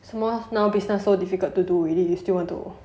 some more now business so difficult to do already still want to